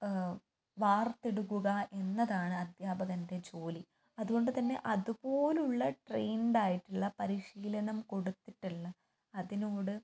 വാർത്തെടുക്കുക എന്നതാണ് അധ്യാപകൻ്റെ ജോലി അതുകൊണ്ട് തന്നെ അതുപോലുള്ള ട്രൈൻഡ് ആയിട്ടുള്ള പരിശീലനം കൊടുത്തിട്ടുള്ള അതിനോട്